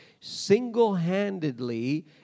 single-handedly